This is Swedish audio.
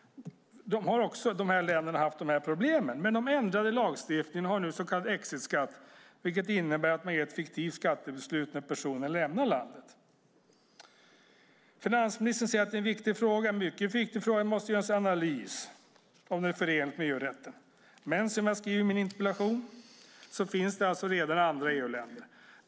Dessa länder har också haft dessa problem, men de ändrade lagstiftningen och har nu så kallad exitskatt, vilket innebär att man ger ett fiktivt skattebeslut när personen lämnar landet. Finansministern säger att det är en mycket viktig fråga men att det måste göras en analys om detta är förenligt med EU-rätten. Men som jag skriver i min interpellation finns det redan andra EU-länder som har infört detta.